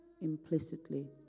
implicitly